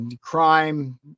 crime